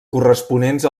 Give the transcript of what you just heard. corresponents